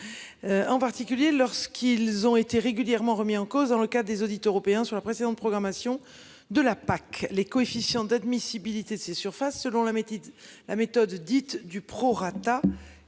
En particulier lorsqu'ils ont été régulièrement remis en cause dans le cas des audits européen sur la précédente programmation de la PAC les coefficients d'admissibilité ces surfaces selon la méthode, la méthode dite du prorata